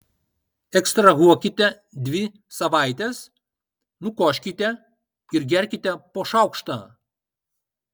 ekstrahuokite dvi savaites nukoškite ir gerkite po šaukštą